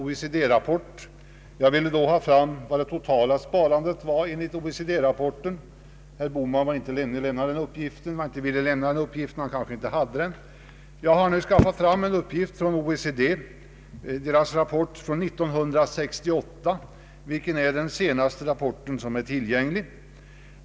Jag ville då ha fram hur stort det totala sparandet var enligt OECD-rapporten, men herr Bohman var inte villig att lämna den uppgiften — det är möjligt att han inte hade den. Jag har nu skaf fat fram en uppgift från OECD. Den är hämtad från deras rapport för år 1968, vilket är den senaste som finns tillgänglig.